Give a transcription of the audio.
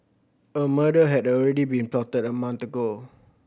a murder had already been plotted a month ago